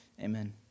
Amen